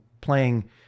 playing